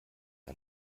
ein